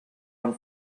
own